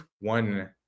one